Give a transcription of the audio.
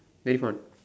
very fun